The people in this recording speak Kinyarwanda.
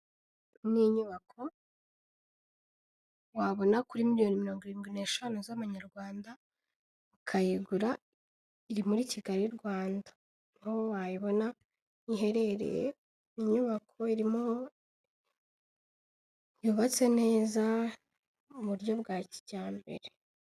Iyi ni inyubako wabona kuri miliyoni mirongo irindwi n'eshanu z'amanyarwanda, ukayigura iri muri kigali Rwanda aho wayibona iherereye, inyubako irimo yubatse neza mu buryo bwa kijyambere.